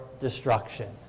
destruction